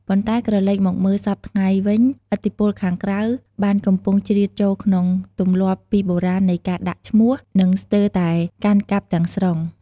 ប៉ុន្តែ ក្រឡេកមកមើលសព្វថ្ងៃនេះវិញ ឥទ្ធិពលខាងក្រៅបានកំពុងជ្រៀតចូលក្នុងទម្លាប់ពីបុរាណនៃការដាក់ឈ្មោះ និងស្ទើរតែកាន់កាប់ទាំងស្រុង។